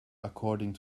according